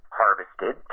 harvested